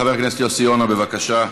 חבר הכנסת יוסי יונה, בבקשה.